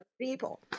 people